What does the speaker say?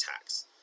attacks